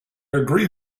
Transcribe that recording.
agree